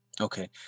Okay